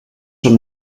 són